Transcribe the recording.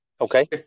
Okay